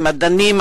מדענים,